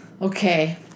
Okay